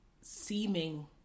seeming